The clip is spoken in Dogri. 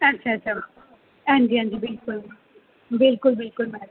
हां जी हां जी